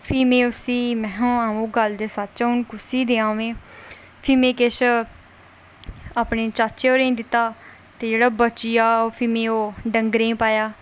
ते फ्ही में आं ओह् गल्ल ते सच्च ऐ कुसी देआं में फिर में किश अपने चाचें होरेंगी दित्ता ते फ्ही जेह्ड़ा बची गेआ फ्ही में ओह् डंगरें गी पाया